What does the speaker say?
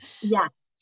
Yes